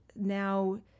now